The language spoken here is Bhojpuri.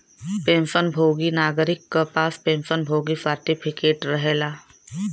पेंशन भोगी नागरिक क पास पेंशन भोगी सर्टिफिकेट रहेला